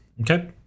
Okay